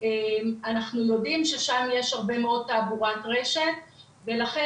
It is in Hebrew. ואנחנו יודעים ששם יש הרבה מאוד תעבורת רשת ולכן